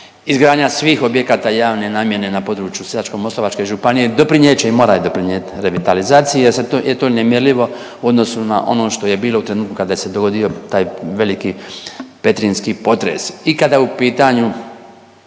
izgradnja svih objekata javne namjene na području Sisačko-moslavačke županije doprinijet će i moraju doprinijeti revitalizaciji jer je to nemjerljivo u odnosu na ono što je bilo u trenutku kada je se dogodio taj veliki petrinjski potres ikada je u pitanju